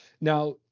Now